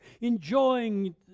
Enjoying